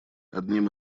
одним